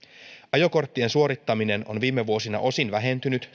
ajokorttien suorittaminen on viime vuosina osin vähentynyt